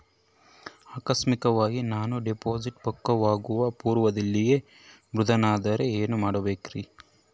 ಆಕಸ್ಮಿಕವಾಗಿ ನಾನು ಡಿಪಾಸಿಟ್ ಪಕ್ವವಾಗುವ ಪೂರ್ವದಲ್ಲಿಯೇ ಮೃತನಾದರೆ ಏನು ಮಾಡಬೇಕ್ರಿ?